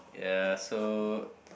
ya so